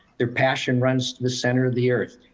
their passion runs to the center of the earth.